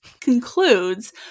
concludes